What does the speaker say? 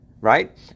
right